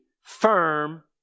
Firm